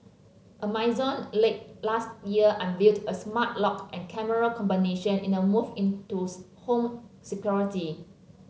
Amazon late last year unveiled a smart lock and camera combination in a move into home security